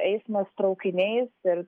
eismas traukiniais ir